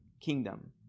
kingdom